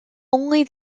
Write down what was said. only